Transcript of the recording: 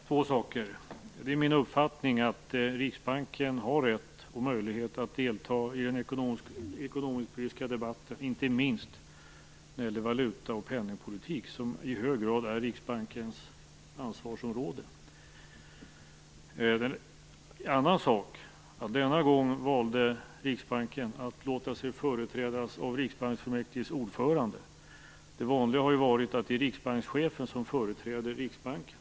Herr talman! Jag vill ta upp två saker. För det första är det min uppfattning att Riksbanken har rätt och möjlighet att delta i den ekonomisk-politiska debatten, inte minst när det gäller valuta och penningpolitik, som i hög grad är Riksbankens ansvarsområde. Det är en annan sak att Riksbanken denna gång valde att låta sig företrädas av Riksbanksfullmäktiges ordförande. Det vanliga har varit att riksbankschefen företräder Riksbanken.